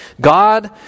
God